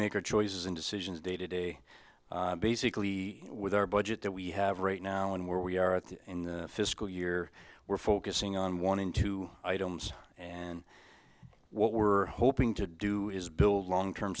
make our choices and decisions day to day basically with our budget that we have right now and where we are in fiscal year we're focusing on one in two items and what we're hoping to do is build long term